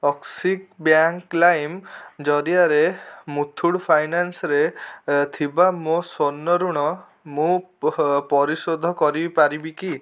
ଅକ୍ସିକ୍ bank ଲାଇମ୍ ଜରିଆରେ ମୁଥୁଟ୍ ଫାଇନାନ୍ସରେ ଏ ଥିବା ମୋ ସ୍ଵର୍ଣ୍ଣ ଋଣ ମୁଁ ପରିଶୋଧ କରିପାରିବି କି